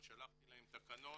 אני שלחתי להם תקנון,